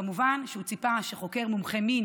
כמובן שהוא ציפה שחוקר מומחה מין,